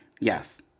Yes